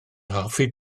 hoffi